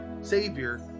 savior